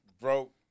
broke